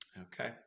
okay